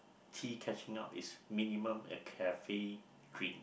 tea catching up is minimum a cafe drink